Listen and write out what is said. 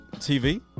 TV